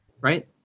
right